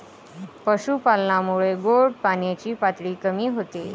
पशुपालनामुळे गोड पाण्याची पातळी कमी होते